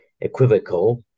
equivocal